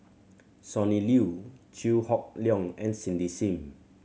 Sonny Liew Chew Hock Leong and Cindy Sim